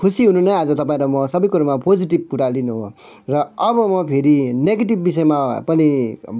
खुसी हुनु नै आज तपाईँ र म सबै कुरामा पोजेटिभ कुरा लिनु हो र अब म फेरि नेगेटिभ विषयमा पनि